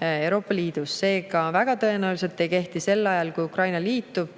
Euroopa Liidus. Seega väga tõenäoliselt ei kehti sel ajal, kui Ukraina liitub,